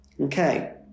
okay